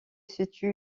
situe